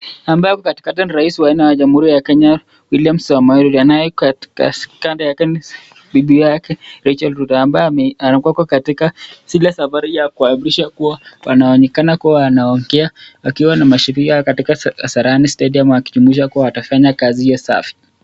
Hapa katikati ni rais wa Jamhuri ya Kenya William Samoei Ruto naye katika kando yake ni bibi yake Rachel Ruto ambaye anakuwa katika zile safari ya kuapishwa kuwa wanaonekana kuwa wanaongea akiwa na mashirika katika Kasarani Stadium akijumuisha kuwa watafanya kazi hiyo safi.